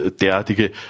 derartige